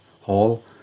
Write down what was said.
hall